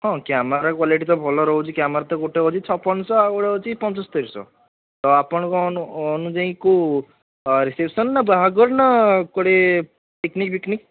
ହଁ camera quality ତ ଭଲ ରହୁଛି କ୍ୟାମେରା ତ ଗୋଟିଏ ବୋଲି ଛପନ ଶହ ଆଉ ଗୋଟିଏ ପଞ୍ଚସ୍ତରୀ ଶହ ତ ଆପଣଙ୍କ ଅନୁ ଅନୁଯାୟୀ କେଉଁ ରିସେପସନ୍ ନା ବାହାଘର ନା କୁଆଡ଼େ ପିକ୍ନିକ୍ ଫିକ୍ନିକ୍